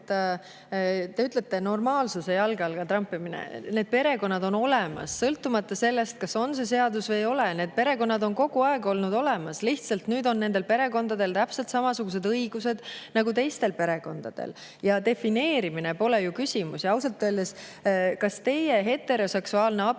Te ütlete: normaalsuse jalge alla trampimine. Need perekonnad on olemas, sõltumata sellest, kas on see seadus või ei ole. Need perekonnad on kogu aeg olemas olnud, lihtsalt nüüd on nendel perekondadel täpselt samasugused õigused nagu teistel perekondadel. Defineerimine pole ju küsimus. Ausalt öeldes, kas teie heteroseksuaalne abielu